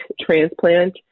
transplant